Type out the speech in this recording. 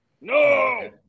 No